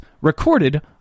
recorded